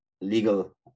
legal